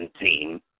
team